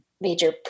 major